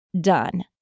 done